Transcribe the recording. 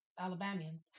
Alabamian